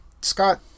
Scott